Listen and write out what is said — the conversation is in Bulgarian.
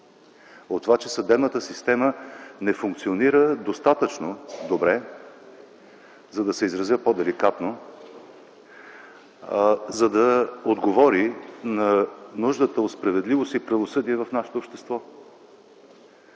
От това, че съдебната система не функционира достатъчно добре, за да се изразя по-деликатно, за да отговори на нуждата от справедливост и правосъдие в нашето общество.